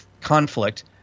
conflict